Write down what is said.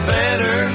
better